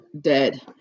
dead